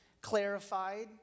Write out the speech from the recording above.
clarified